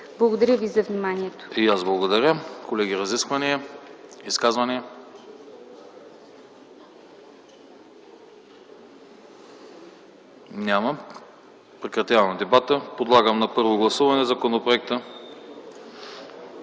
Благодаря ви за вниманието.